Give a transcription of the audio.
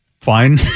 fine